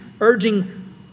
urging